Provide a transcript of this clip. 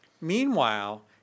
Meanwhile